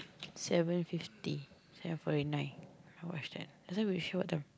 seven fifty seven Forty Nine not much time just now we show what time